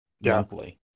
monthly